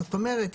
זאת אומרת,